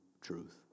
truth